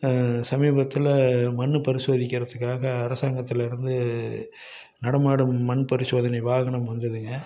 சமீபத்தில் மண் பரிசோதிக்கிறதுக்காக அரசாங்கத்தில் இருந்து நடமாடும் மண் பரிசோதனை வாகனம் வந்துதுங்க